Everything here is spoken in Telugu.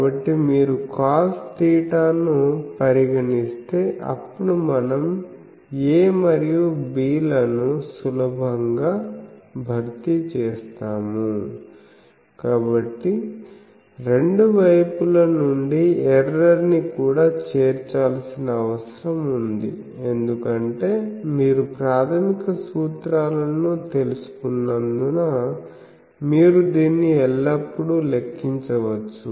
కాబట్టి మీరు కాస్ తీటాను పరిగణిస్తే అప్పుడు మనం a మరియు b లను సులభంగా భర్తీ చేస్తాము కాబట్టి రెండు వైపుల నుండి ఎర్రర్ ని కూడా చేర్చాల్సిన అవసరం ఉంది ఎందుకంటే మీరు ప్రాథమిక సూత్రాలను తెలుసుకున్నందున మీరు దీన్ని ఎల్లప్పుడూ లెక్కించవచ్చు